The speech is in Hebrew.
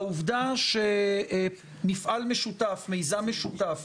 העובדה, שמפעל משותף, מיזם משותף,